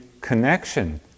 connection